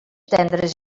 tendres